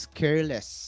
careless